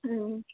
ꯎꯝ